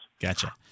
Gotcha